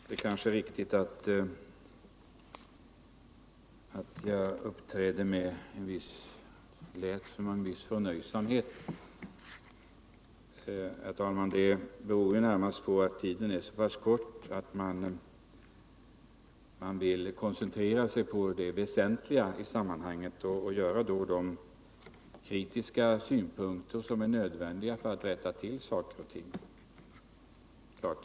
Herr talman! Det är kanske riktigt att jag uppträdde med en viss förnöjsamhet. Detta beror, herr talman, närmast på att tiden är så pass kort att man vill koncentrera sig på det väsentliga i sammanhanget och framföra de kritiska synpunkter som är nödvändiga för att rätta till saker och ting.